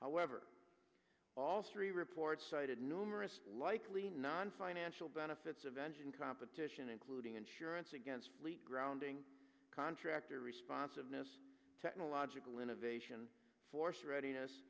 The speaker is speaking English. however all three report cited numerous likely nonfinancial benefits of engine competition including insurance against fleet grounding contractor responsiveness technological innovation force readiness